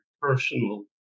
personal